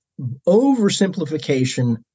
oversimplification